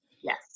Yes